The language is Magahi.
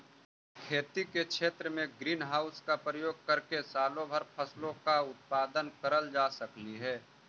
खेती के क्षेत्र में ग्रीन हाउस का प्रयोग करके सालों भर फसलों का उत्पादन करल जा सकलई हे